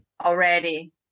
already